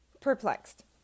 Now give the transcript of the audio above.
perplexed